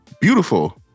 beautiful